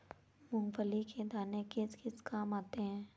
मूंगफली के दाने किस किस काम आते हैं?